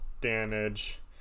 damage